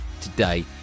today